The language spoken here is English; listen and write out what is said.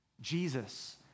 Jesus